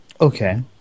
Okay